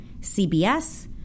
CBS